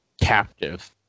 captive